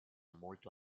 molto